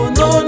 no